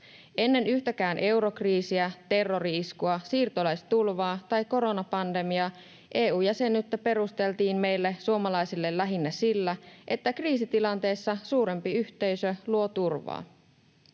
Ennen yhtäkään eurokriisiä, terrori-iskua, siirtolaistulvaa tai koronapandemiaa EU-jäsenyyttä perusteltiin meille suomalaisille lähinnä sillä, että kriisitilanteissa suurempi yhteisö luo turvaa.